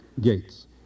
Gates